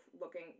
looking